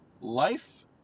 life